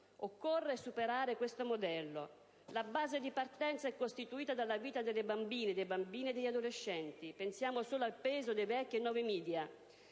Occorre superare questo modello. La base di partenza è costituita dalla vita delle bambine, dei bambini e degli adolescenti - pensiamo solo al peso dei vecchi e nuovi media